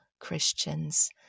Christians